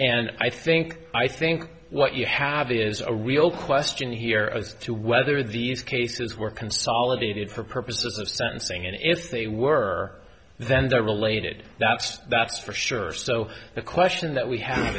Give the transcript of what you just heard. and i think i think what you have is a real question here as to whether these cases were consolidated for purposes of sentencing and if they were then they are related that's that's for sure so the question that we have